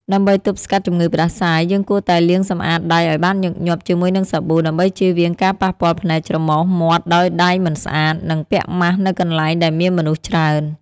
ដើម្បីទប់ស្កាត់ជំងឺផ្តាសាយ យើងគួរតែលាងសម្អាតដៃឲ្យបានញឹកញាប់ជាមួយនឹងសាប៊ូ ដើម្បីជៀសវាងការប៉ះពាល់ភ្នែក ច្រមុះ មាត់ដោយដៃមិនស្អាត និងពាក់ម៉ាស់នៅកន្លែងដែលមានមនុស្សច្រើន។